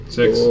six